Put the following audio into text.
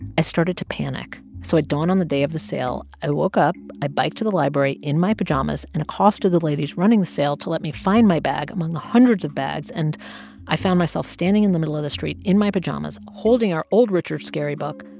i started to panic. so at dawn on the day of the sale, i woke up, i biked to the library in my pajamas and accosted the ladies running the sale to let me find my bag among the hundreds of bags. and i found myself standing in the middle of the street in my pajamas holding our old richard scarry book.